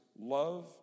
love